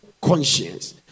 conscience